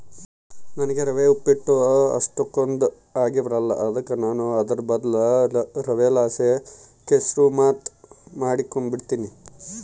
ನನಿಗೆ ರವೆ ಉಪ್ಪಿಟ್ಟು ಅಷ್ಟಕೊಂದ್ ಆಗಿಬರಕಲ್ಲ ಅದುಕ ನಾನು ಅದುರ್ ಬದ್ಲು ರವೆಲಾಸಿ ಕೆಸುರ್ಮಾತ್ ಮಾಡಿಕೆಂಬ್ತೀನಿ